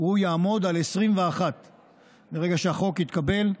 הוא יעמוד על 21. ברגע שהחוק יתקבל,